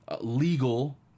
legal